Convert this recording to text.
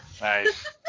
Nice